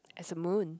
as a moon